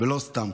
ולא סתם.